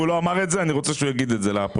הוא לא אמר את זה ואני רוצה שהוא יגיד את זה לפרוטוקול.